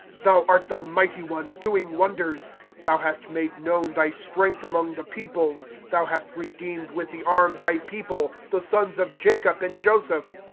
thou art the mighty one, doing wonders thou hast made known thy strength among the peoples. thou hast redeemed with the arm thy people, the sons of jacob and joseph.